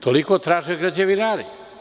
Toliko traže građevinari.